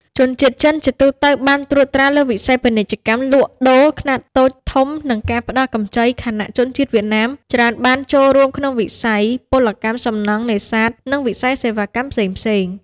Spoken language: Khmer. ជនជាតិចិនជាទូទៅបានត្រួតត្រាលើវិស័យពាណិជ្ជកម្មលក់ដូរខ្នាតតូចធំ និងការផ្តល់កម្ចី ខណៈជនជាតិវៀតណាមច្រើនបានចូលរួមក្នុងវិស័យពលកម្មសំណង់ នេសាទ និងវិស័យសេវាកម្មផ្សេងៗ។